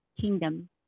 Kingdom